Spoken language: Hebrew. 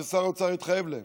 ששר האוצר התחייב להם.